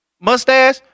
Mustache